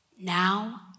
now